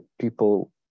people